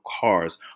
cars